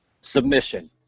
submission